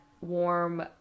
warm